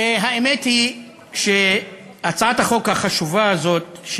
האמת היא שהצעת החוק החשובה הזאת,